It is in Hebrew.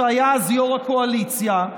שהיה יו"ר הקואליציה,